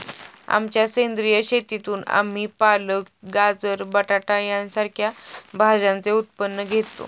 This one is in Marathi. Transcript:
आमच्या सेंद्रिय शेतीतून आम्ही पालक, गाजर, बटाटा सारख्या भाज्यांचे उत्पन्न घेतो